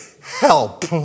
Help